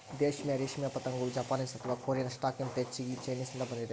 ದೇಶೀಯ ರೇಷ್ಮೆ ಪತಂಗವು ಜಪಾನೀಸ್ ಅಥವಾ ಕೊರಿಯನ್ ಸ್ಟಾಕ್ಗಿಂತ ಹೆಚ್ಚಾಗಿ ಚೈನೀಸ್ನಿಂದ ಬಂದಿದೆ